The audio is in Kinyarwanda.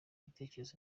ibitekerezo